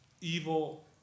evil